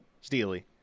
Steely